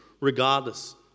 regardless